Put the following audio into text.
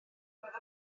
roedd